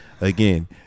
again